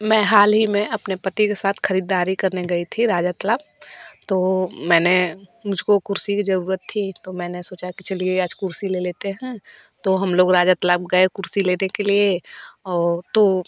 मैं हाल ही में अपने पति के साथ खरीदारी करने गई थी राजा क्लब तो मैंने मुझको कुर्सी की जरुरत थी तो मैंने सोचा चलिए आज कुर्सी ले लेते हैं तो हम लोग राजा क्लब गये कुर्सी लेने के लिए